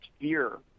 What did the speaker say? fear